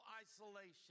isolation